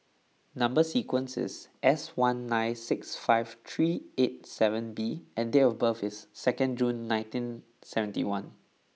Number sequence is S one nine six five three eight seven B and date of birth is second June nineteen seventy one